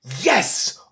Yes